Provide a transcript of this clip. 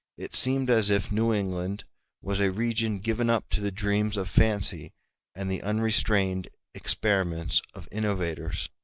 it seemed as if new england was a region given up to the dreams of fancy and the unrestrained experiments of innovators.